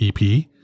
EP